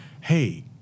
hey